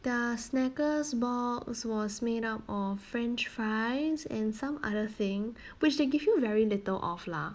their snackers box was made up of french fines and some other thing which they give you very little of lah